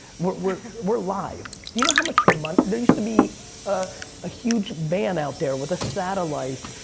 we're we're live. do you know how much money there used to be ah a huge van out there with a satellite.